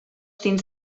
dins